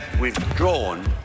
withdrawn